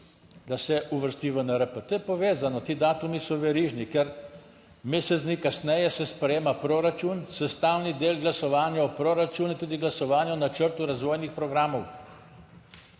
da se uvrsti v NRP. To je povezano, ti datumi so verižni, ker mesec dni kasneje se sprejema proračun. Sestavni del glasovanja o proračunu je tudi glasovanje o načrtu razvojnih programov.